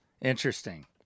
Interesting